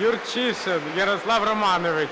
Юрчишин Ярослав Романович.